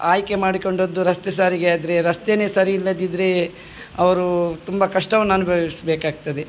ಆಯ್ಕೆ ಮಾಡಿಕೊಂಡದ್ದು ರಸ್ತೆ ಸಾರಿಗೆ ಆದರೆ ರಸ್ತೆನೇ ಸರಿ ಇಲ್ಲದಿದ್ದರೆ ಅವರು ತುಂಬಾ ಕಷ್ಟವನ್ನು ಅನುಭವಿಸಬೇಕಾಗ್ತದೆ